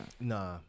Nah